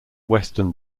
western